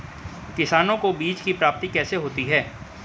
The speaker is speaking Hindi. किसानों को बीज की प्राप्ति कैसे होती है?